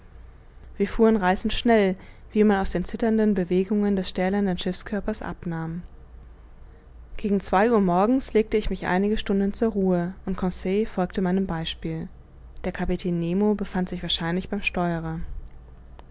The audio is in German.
wir fuhren reißend schnell wie man aus den zitternden bewegungen des stählernen schiffskörpers abnahm gegen zwei uhr morgens legte ich mich einige stunden zur ruhe und conseil folgte meinem beispiel der kapitän nemo befand sich wahrscheinlich beim steuerer